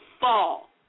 fall